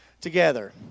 together